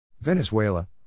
Venezuela